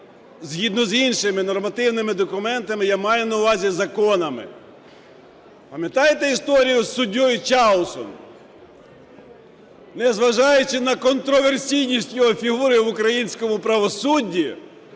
згідно з іншими нормативними документами, я маю на увазі, законами. Пам'ятаєте історію з суддею Чаусом? Незважаючи на контраверсійність його фігури в українському правосудді,